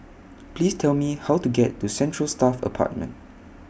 Please Tell Me How to get to Central Staff Apartment